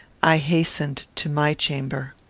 i hastened to my chamber.